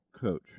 coach